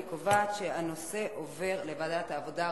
אני קובעת שהנושא עובר לוועדת העבודה,